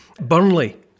Burnley